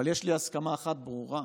אבל יש לי הסכמה אחת ברורה,